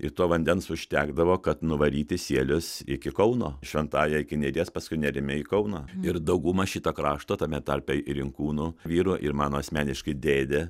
ir to vandens užtekdavo kad nuvaryti sielius iki kauno šventąja iki neries paskui nerimi į kauną ir dauguma šito krašto tame tarpe ir inkūnų vyrų ir mano asmeniškai dėdė